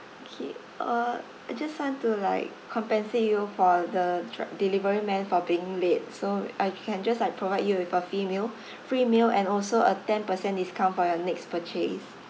K uh I just want to like compensate you for the truck delivery man for being late so I can just like provide you with a fee meal free meal and also a ten per cent discount for your next purchase